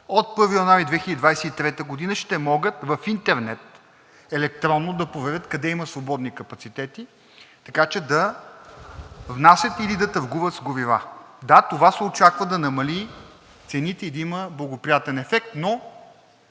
от 1 януари 2023 г. ще могат в интернет електронно да проверят къде има свободни капацитети, така че да внасят или да търгуват с горива. Да, с това се очаква да намали цените и да има благоприятен ефект, но